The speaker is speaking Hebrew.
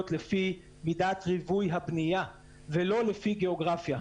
לפי מידת ריבוי הבנייה ולא לפי גיאוגרפיה.